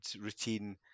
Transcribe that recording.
routine